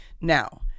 Now